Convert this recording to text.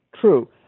true